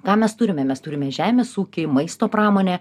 ką mes turime mes turime žemės ūkį maisto pramonę